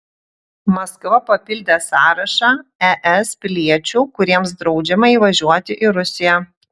maskva papildė sąrašą es piliečių kuriems draudžiama įvažiuoti į rusiją